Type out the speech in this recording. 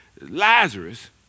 Lazarus